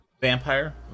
Vampire